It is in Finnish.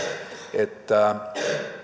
että